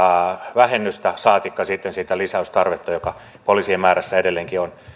vähennystä saatikka sitten sitä lisäystarvetta joka poliisien määrässä edelleenkin on